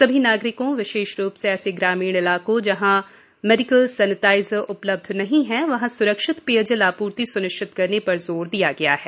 सभी नागरिकों विशेष रूप से ऐसे ग्रामीण इलाकों जहां मेडिकल सेनिटाइजर उपलब्ध नहीं हैं वहां सुरक्षित पेयजल आपूर्ति सु्निश्चित करने पर जोर दिया गया है